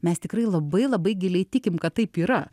mes tikrai labai labai giliai tikim kad taip yra